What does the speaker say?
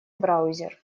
браузер